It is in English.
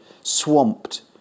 swamped